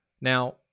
now